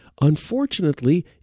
Unfortunately